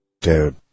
Dude